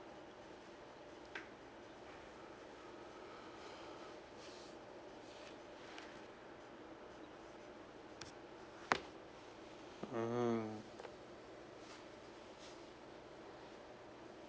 mm